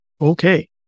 Okay